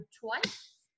twice